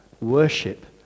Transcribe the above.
worship